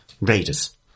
raiders